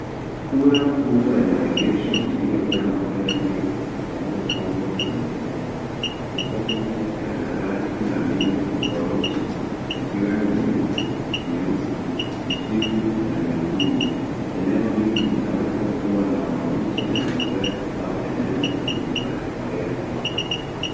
Kura kubwa ya maegesho, iliyojaa magari mengi yaliyopangwa kwa mistari. Magari hayo yana rangi na miundo tofauti zikiwemo nyeupe, nyeusi, kijivu na nyekundu. Eneo hili linaweza kuwa la mauzo ya magari au eneo la kuhifadhi magari mapya.